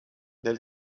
del